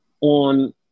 on